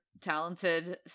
talented